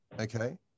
okay